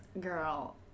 Girl